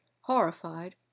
horrified